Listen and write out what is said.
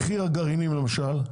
מחיר הגרעינים למשל,